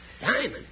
Diamond